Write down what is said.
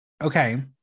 Okay